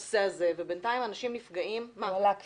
בעצם מה שאני חושבת שצריך